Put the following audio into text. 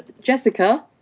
Jessica